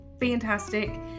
fantastic